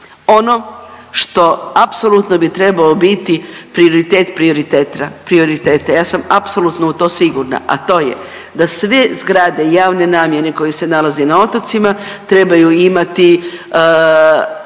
Ono što apsolutno bi trebao biti prioritet prioriteta, ja sam apsolutno u to sigurna, a to je da sve zgrade javne namjene koje se nalaze i na otocima trebaju imati